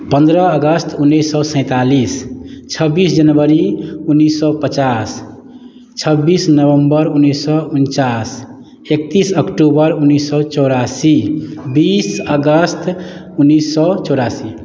पन्द्रह अगस्त उन्नैस सए सैंतालिस छब्बीस जनवरी उन्नैस सए पचास छब्बीस नवम्बर उन्नैस सए उनचास एकतीस अक्टूबर उन्नैस सए चौरासी बीस अगस्त उन्नैस सए चौरासी